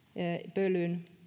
pölyn